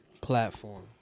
platform